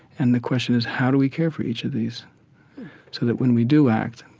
and the question is how do we care for each of these so that when we do act,